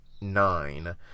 nine